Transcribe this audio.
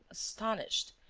astonished,